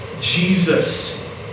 Jesus